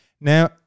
Now